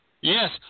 Yes